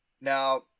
Now